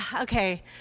Okay